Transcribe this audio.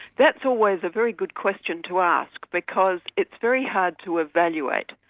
that's always a very good question to ask, because it's very hard to evaluate.